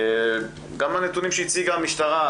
גם הנתונים שהציגה המשטרה,